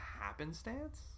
happenstance